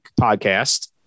podcast